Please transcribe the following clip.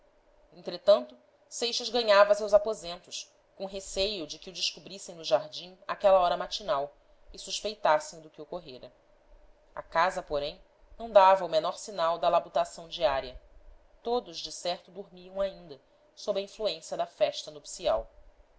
entretanto seixas ganhava seus aposentos com receio de que o descobrissem no jardim àquela hora matinal e suspeitassem do que ocorrera a casa porém não dava o menor sinal da la butação diária todos decerto dormiam ainda sob a influência da festa nupcial